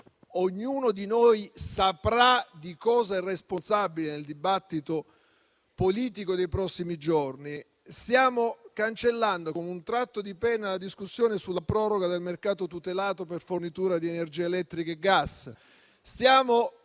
ognuno di noi saprà di cosa sarà responsabile nel dibattito politico dei prossimi giorni - della discussione sulla proroga del mercato tutelato per fornitura di energia elettrica e gas. Stiamo cancellando